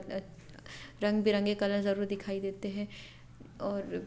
रंग बिरंगे कलर ज़रूर दिखाई देते हैं और